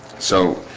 so